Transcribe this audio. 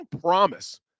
promise